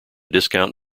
discount